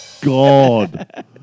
God